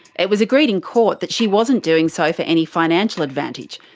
it was agreed in court that she wasn't doing so for any financial advantage,